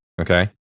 okay